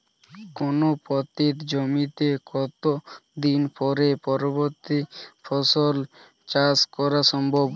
কোনো পতিত জমিতে কত দিন পরে পরবর্তী ফসল চাষ করা সম্ভব?